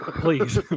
please